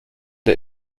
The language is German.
der